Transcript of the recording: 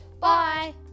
Bye